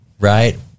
right